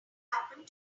happened